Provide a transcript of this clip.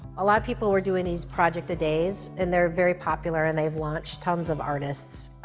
a lot of people were doing these project-a-days, and they're very popular, and they've launched tons of artists,